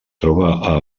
troba